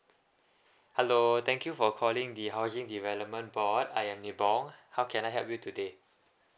hello thank you for calling the housing development board I am ni bong how can I help you today